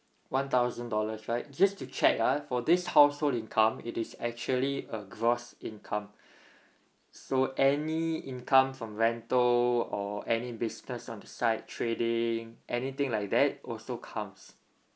one thousand dollars right just to check uh for this household income it is actually a gross income so any income from rental or any business on the side trading anything like that also counts